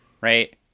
Right